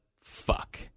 fuck